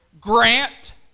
grant